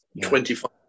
Twenty-five